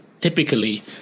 typically